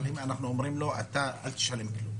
--- אנחנו אומרים לו: אתה אל תשלם כלום,